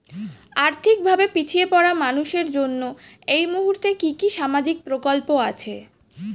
আর্থিক ভাবে পিছিয়ে পড়া মানুষের জন্য এই মুহূর্তে কি কি সামাজিক প্রকল্প আছে?